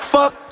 Fuck